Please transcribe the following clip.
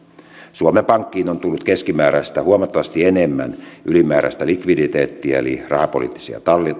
suomen pankkiin on tullut keskimääräistä huomattavasti enemmän ylimääräistä likviditeettiä eli rahapoliittisia